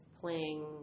playing